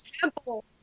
temple